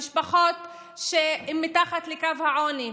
המשפחות שהן מתחת לקו העוני,